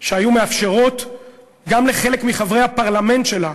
שהיו מאפשרות גם לחלק מחברי הפרלמנט שלהן